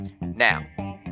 Now